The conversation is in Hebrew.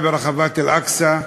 ברחבת אל-אקצא.